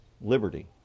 liberty